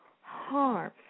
harm